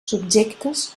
subjectes